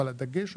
אבל הדגש היה,